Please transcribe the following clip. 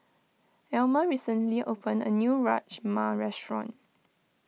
Elmer recently opened a new Rajma restaurant